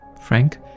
Frank